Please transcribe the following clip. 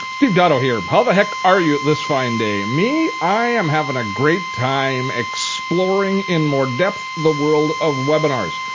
steve dotto here. how the heck are you this fine day? me? i am having a great time exploring in more depth the world of webinars.